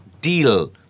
deal